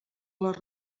les